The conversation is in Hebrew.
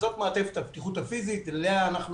זאת מערכת הבטיחות הפיזית אליה אנחנו